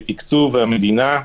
בתקצוב המדינה,